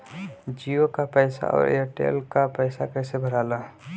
जीओ का पैसा और एयर तेलका पैसा कैसे भराला?